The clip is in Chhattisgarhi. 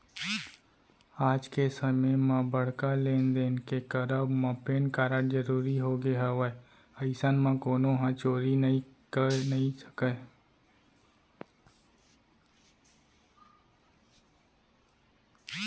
आज के समे म बड़का लेन देन के करब म पेन कारड जरुरी होगे हवय अइसन म कोनो ह चोरी करे नइ सकय